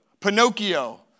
Pinocchio